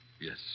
Yes